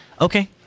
Okay